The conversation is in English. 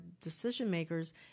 decision-makers